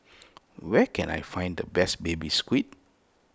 where can I find the best Baby Squid